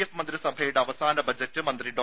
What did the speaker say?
F മന്ത്രിസഭയുടെ അവസാന budget മന്ത്രി ഡോ